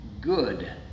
Good